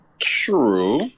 True